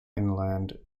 inland